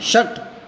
षट्